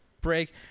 break